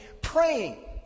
praying